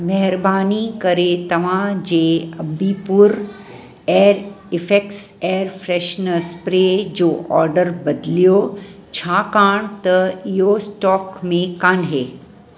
महिरबानी करे तव्हांजे Ambi Pur air effects air freshener spray जो ऑडर बदिलियो छाकाणि त इहो स्टॉक में कान्हे